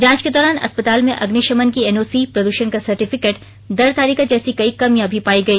जांच के दौरान अस्पताल में अग्निशमन की एनओसी प्रद्षण का सर्टिफिकेट दर तालिका जैसी कई कमियां भी पाई गई